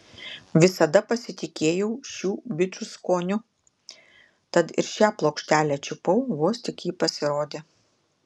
visada pasitikėjau šių bičų skoniu tad ir šią plokštelę čiupau vos tik ji pasirodė